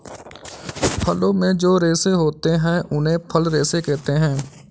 फलों में जो रेशे होते हैं उन्हें फल रेशे कहते है